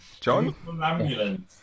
John